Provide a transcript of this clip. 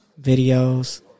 videos